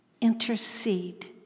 Intercede